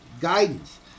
guidance